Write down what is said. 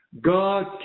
God